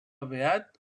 beat